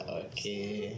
okay